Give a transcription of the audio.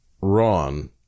Ron